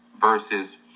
versus